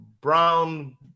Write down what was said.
brown